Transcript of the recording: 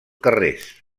carrers